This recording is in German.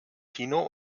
kino